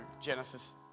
Genesis